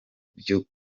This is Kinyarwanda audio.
byo